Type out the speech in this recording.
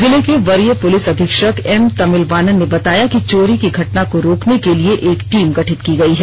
जिले के वरीय पुलिस अधीक्षक एम तमिलवानन ने बताया कि चोरी की घटना को रोकने के लिए एक टीम गठित की गई है